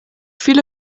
viele